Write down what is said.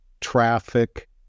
traffic